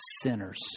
sinners